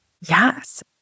Yes